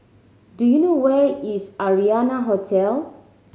do you know where is Arianna Hotel